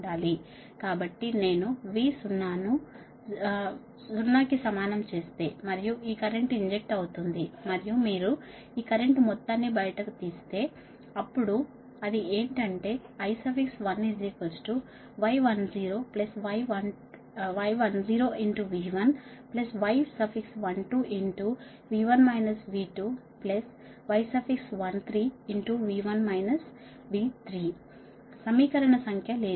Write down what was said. కాబట్టి నేను V0 ను 0 కి సమానం చేస్తే మరియు ఈ కరెంట్ ఇంజెక్ట్ అవుతోంది మరియు మీరు ఈ కరెంట్ మొత్తాన్ని బయటకు తీస్తే అప్పుడు అది ఏంటి అంటే I1y10V1 y12 y13 సమీకరణ సంఖ్య లేదు